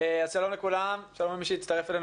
שלום לכולם, אני מתכבד לפתוח את הדיון.